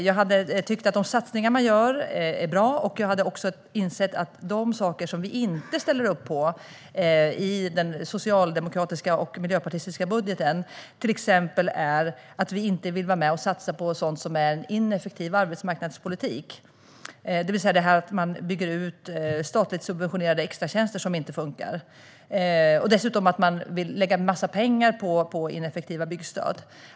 Jag hade tyckt att de satsningar man gör är bra, och jag hade insett att det vi inte ställer upp på i den socialdemokratiska och miljöpartistiska budgeten är till exempel satsningar på sådant som är ineffektiv arbetsmarknadspolitik: att man bygger ut statligt subventionerade extratjänster som inte funkar och att man vill lägga en massa pengar på ineffektiva byggstöd.